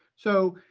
so,